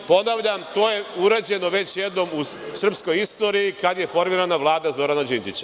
Ponavljam, to je urađeno već jednom u srpskoj istoriji, kad je formirana Vlada Zorana Đinđića.